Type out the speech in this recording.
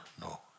no